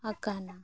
ᱟᱠᱟᱱᱟ